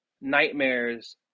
nightmares